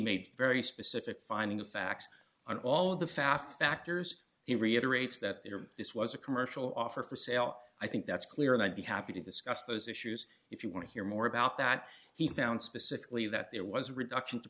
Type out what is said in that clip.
made very specific findings of fact on all of the fact factors he reiterates that this was a commercial offer for sale i think that's clear and i'd be happy to discuss those issues if you want to hear more about that he found specifically that there was a reduction to